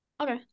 Okay